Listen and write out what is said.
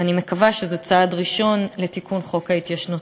ואני מקווה שזה צעד ראשון לתיקון חוק ההתיישנות.